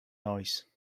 noise